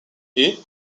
est